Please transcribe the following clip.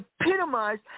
epitomized